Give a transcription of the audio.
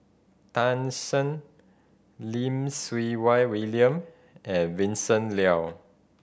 Tan Shen Lim Siew Wai William and Vincent Leow